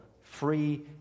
free